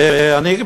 ואני,